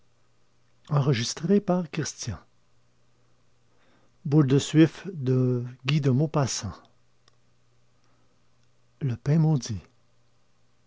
boule de suif lépave découverte un parricide le rendez vous bombard le pain maudit les